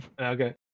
okay